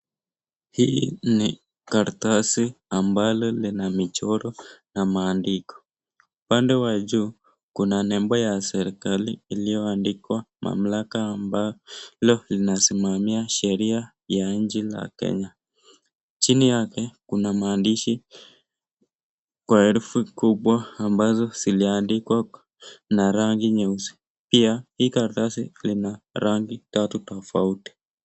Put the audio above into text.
Hii ni karatasi ambalo lina michoro na maandiko. Upande wa juu kuna nembo ya serikali iliyoandikwa, mamlaka ambalo linasimamia sheria ya nchi ya Kenya. Chini yake kuna maandishi kwa herufi kubwa, ambazo ziliandikwa na rangi nyeusi. Pia hii karatasi ina rangi tatu tofauti.